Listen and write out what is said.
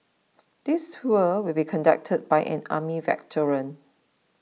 this tour will be conducted by an army veteran